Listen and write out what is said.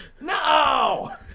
No